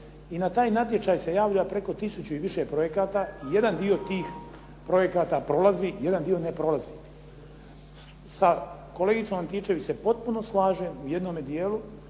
i na taj natječaj se javlja preko tisuću i više projekata. Jedan dio tih projekata prolazi, jedan dio ne prolazi. Sa kolegicom Antičević se potpuno slažem u jednom dijelu